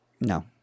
No